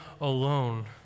alone